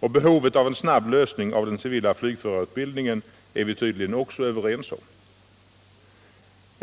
Behovet av en snabb lösning av den civila flygförarutbildningen är vi tydligen också överens om.